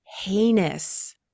heinous